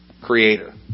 Creator